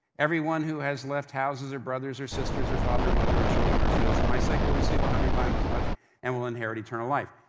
everyone who has left houses, or brothers, or sisters, or father and mother, or children, or fields, for my sake, will receive a hundred times as much and will inherit eternal life.